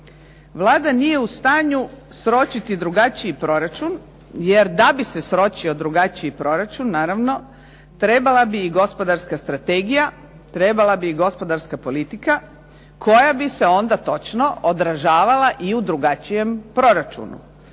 Vlada nije u stanju sročiti drugačiji proračun, jer da bi se sročio drugačiji proračun, naravno trebala bi i gospodarska strategija, trebala bi i gospodarska politika koja bi se onda točno odražavala i u drugačijem proračunu.